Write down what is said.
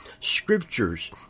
scriptures